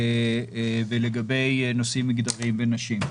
ולגבי נושאים מגדריים ונשים.